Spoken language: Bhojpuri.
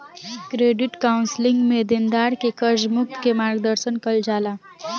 क्रेडिट कॉउंसलिंग में देनदार के कर्ज मुक्त के मार्गदर्शन कईल जाला